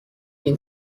این